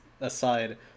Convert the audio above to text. aside